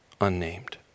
unnamed